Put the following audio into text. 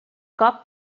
cop